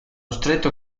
stretto